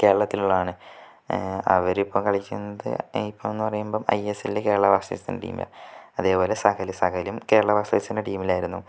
കേരളത്തിലുള്ളതാണ് അവരിപ്പം കളിക്കുന്നത് ഇപ്പം എന്നു പറയുമ്പം ഐഎസ്എൽ കേരളം ബ്ലസ്റ്റേഴ്സിൻ്റെ ടീമില് അതേപോലെ സഹല് സഹലും കേരള ബ്ലാസ്റ്റേഴ്സിൻ്റെ ടീമിലായിരുന്നു